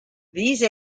these